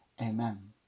Amen